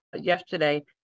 yesterday